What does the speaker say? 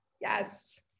Yes